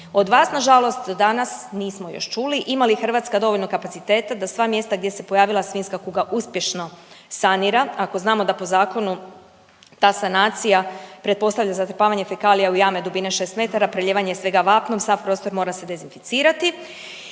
Od vas na žalost do danas nismo još čuli ima li Hrvatska dovoljno kapaciteta da sva mjesta gdje se pojavila svinjska kuga uspješno sanira ako znamo da po zakonu ta sanacija pretpostavlja zatrpavanje fekalija u jame dubine 6 metara, prelijevanja svega vapnom, sav prostor mora se dezinficirati